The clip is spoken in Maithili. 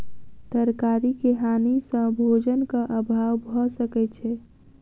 तरकारी के हानि सॅ भोजनक अभाव भअ सकै छै